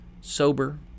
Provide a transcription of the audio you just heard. sober